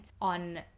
on